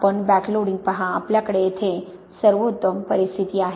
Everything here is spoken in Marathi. आपण बॅकलोडिंग पहा आपल्याकडे येथे सर्वोत्तम परिस्थिती आहे